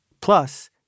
Plus